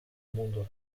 mundo